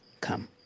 come